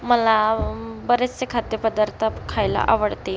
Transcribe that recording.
मला बरेचसे खाद्यपदार्थ खायला आवडते